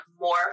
more